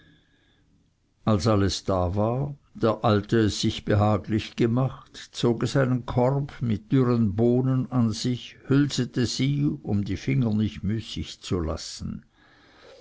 als alles da war der alte es sich behaglich gemacht zog es einen korb mit dürren bohnen an sich hülsete sie um die finger nicht müßig zu lassen